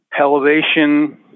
Elevation